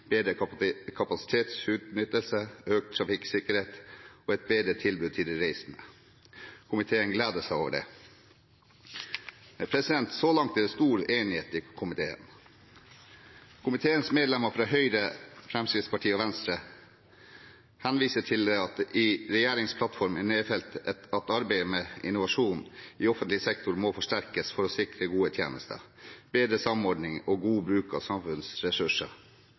bedre kapasitetsutnyttelse, økt trafikksikkerhet og et bedre tilbud til de reisende. Komiteen gleder seg over dette. Så langt er det stor enighet i komiteen. Komiteens medlemmer fra Høyre, Fremskrittspartiet og Venstre henviser til at det i regjeringsplattformen er nedfelt at arbeidet med innovasjon i offentlig sektor må forsterkes for å sikre gode tjenester, bedre samordning og god bruk av samfunnets ressurser.